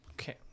Okay